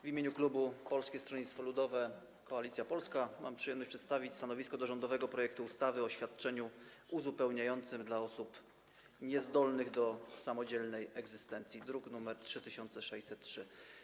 W imieniu klubu Polskiego Stronnictwa Ludowego - Koalicji Polskiej mam przyjemność przedstawić stanowisko wobec rządowego projektu ustawy o świadczeniu uzupełniającym dla osób niezdolnych do samodzielnej egzystencji, druk nr 3603.